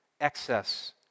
excess